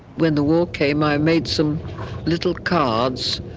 when the war came i made some little cards,